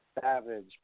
Savage